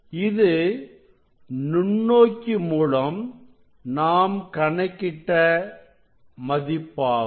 இது நுண்ணோக்கி மூலம் நாம் கணக்கிட்ட மதிப்பாகும்